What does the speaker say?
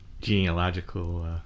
Genealogical